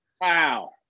Wow